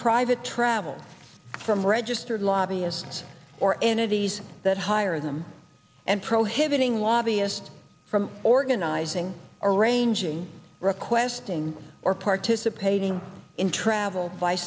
private travels from registered lobbyists or entities that hire them and prohibiting lobbyist from organizing arranging requesting or participating in travel